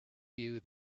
you